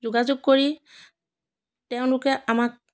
যোগাযোগ কৰি তেওঁলোকে আমাক